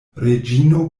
reĝino